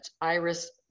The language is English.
Iris